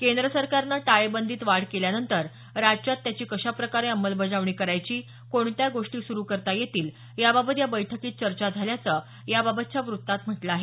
केंद्र सरकारनं टाळेबंदीत वाढ केल्यानंतर राज्यात त्याची कशाप्रकारे अंमलबजावणी करायची कोणत्या गोष्टी सुरु करता येतील याबाबत या बैठकीत चर्चा झाल्याचं याबाबतच्या व्रत्तात म्हटलं आहे